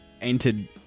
entered